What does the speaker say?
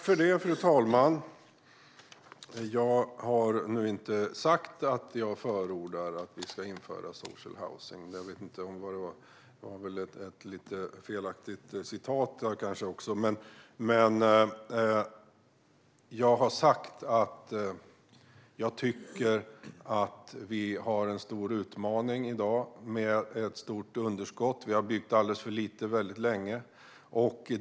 Fru talman! Jag har inte sagt att jag förordar att vi ska införa social housing. Det var kanske ett lite felaktigt citat. Jag har sagt att jag tycker att vi har en stor utmaning i dag, nämligen ett stort underskott då vi har byggt alldeles lite väldigt länge.